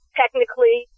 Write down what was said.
technically